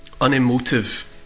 unemotive